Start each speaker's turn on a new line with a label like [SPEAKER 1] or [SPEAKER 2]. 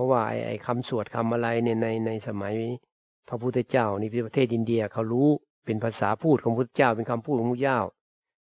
[SPEAKER 1] เพราะว่าไอ้- ไอ้คำสวดคำอะไรเนี่ย ใน- ในสมัยพระพุทธเจ้านี่ที่ประเทศอินเดียเขารู้ เป็นภาษาพูดของพุทธเจ้า เป็นคำพูดของพุทธเจ้า